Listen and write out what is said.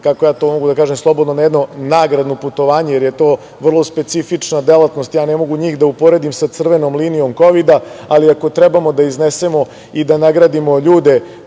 kako ja to mogu da kažem slobodno na jedno nagradno putovanje, jer je to vrlo specifična delatnost. Ja ne mogu njih da uporedim sa crvenom linijom kovida, ali ako trebamo da iznesemo i da nagradimo ljude